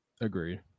Agreed